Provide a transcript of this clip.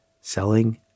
selling